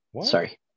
sorry